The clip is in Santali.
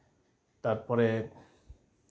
ᱛᱟᱨᱯᱚᱨᱮ